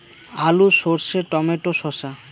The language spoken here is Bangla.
আলু সর্ষে টমেটো শসা